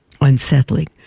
unsettling